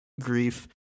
grief